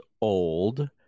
old